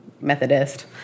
Methodist